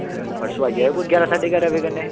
परसों आई जाएओ कोई ग्यारहां साड्ढे ग्यारहां बजे कन्नै